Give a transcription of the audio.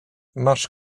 masz